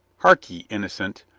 hark e, innocent.